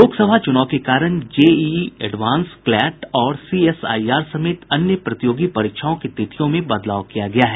लोकसभा चूनाव के कारण जेईई एडवांस क्लैट और सीएसआईआर समेत अन्य प्रतियोगी परीक्षाओं की तिथियों में बदलाव किया गया है